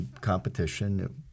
competition